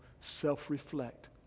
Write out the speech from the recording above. self-reflect